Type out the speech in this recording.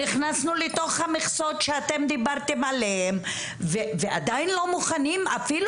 נכנסנו לתוך המכסות שאתם דיברתם עליהם ועדיין לא מוכנים אפילו